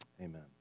Amen